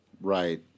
Right